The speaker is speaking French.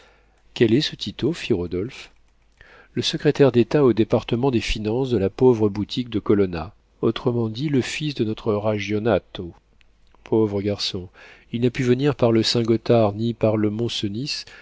quel est ce tito fit rodolphe le secrétaire d'état au département des finances de la pauvre boutique de colonna autrement dit le fils de notre ragyionato pauvre garçon il n'a pu venir par le saint-gothard ni par le